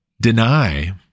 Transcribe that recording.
deny